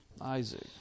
Isaac